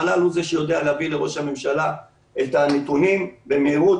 המל"ל הוא שיודע להביא לראש הממשלה את הנתונים במהירות,